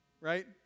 Right